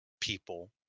people